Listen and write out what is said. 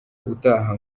utaha